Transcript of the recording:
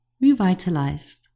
revitalized